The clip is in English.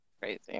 Crazy